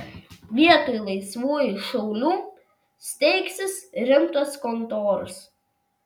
vietoj laisvųjų šaulių steigsis rimtos kontoros